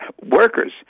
workers